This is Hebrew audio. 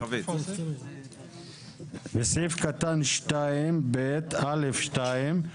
בסעיף קטן (2)(ב)(א2),